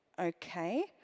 Okay